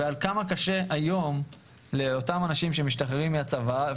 ועל כמה קשה היום לאותם אנשים שמשתחררים מהצבא.